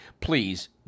please